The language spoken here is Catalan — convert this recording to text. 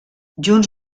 junts